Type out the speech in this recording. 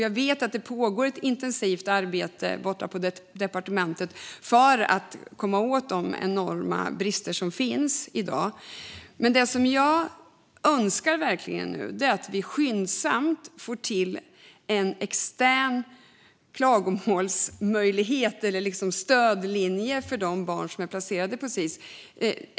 Jag vet att det pågår ett intensivt arbete borta på departementet för att komma åt de enorma brister som finns i dag. Men det jag verkligen önskar nu är att vi skyndsamt får till en extern klagomålsmöjlighet eller stödlinje för de barn som är placerade på Sis.